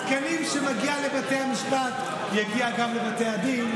התקנים שמגיעים לבתי המשפט יגיעו גם לבתי הדין.